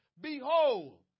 Behold